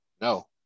no